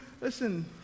listen